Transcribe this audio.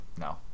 no